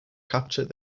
captured